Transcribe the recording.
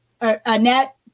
Annette